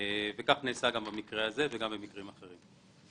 כך נעשה במקרה הזה ובמקרים אחרים.